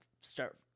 start